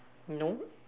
no